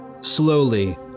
Slowly